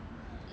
I don't know